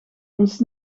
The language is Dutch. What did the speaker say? ons